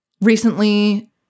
Recently